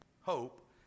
hope